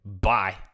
Bye